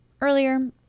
earlier